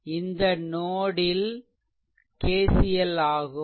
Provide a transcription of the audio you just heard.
இது இந்த நோட்ல் KCL ஆகும்